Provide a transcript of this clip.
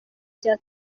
cya